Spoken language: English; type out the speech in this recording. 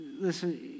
Listen